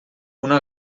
una